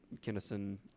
Kinnison